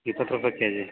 ಇಪ್ಪತ್ತು ರೂಪಾಯಿ K G